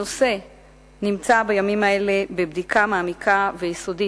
הנושא נמצא בימים האלה בבדיקה מעמיקה ויסודית